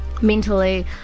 mentally